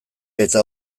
eta